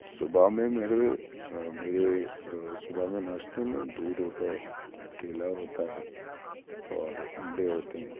صبح میں میرے میرے صبح میں ناشتے میں دودھ ہوتا ہے کیلا ہوتا ہے اور انڈے ہوتے ہیں